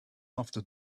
after